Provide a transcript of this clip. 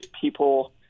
people